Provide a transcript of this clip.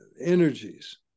energies